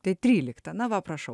tai trylikta na va prašau